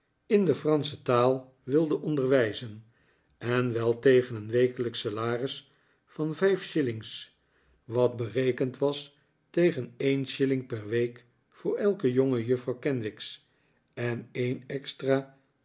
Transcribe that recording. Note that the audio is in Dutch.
in de fransche taal wilde onderwijzen en wel tegen een wekelijksch salaris van vijf shillings wat berekend was tegen een shilling per week voor elke jongejuffrouw kenwigs en een extra